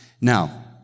Now